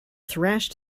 thrashed